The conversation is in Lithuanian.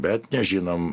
bet nežinom